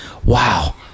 Wow